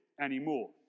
anymore